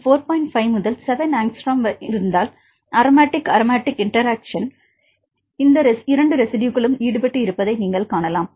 5 முதல் 7 ஆங்ஸ்ட்ரோம் என்றால் aromatic aromatic interaction இந்த 2 ரெஸிட்யுகளும் ஈடுபட்டு இருப்பதை நீங்கள் காணலாம்